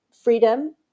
freedom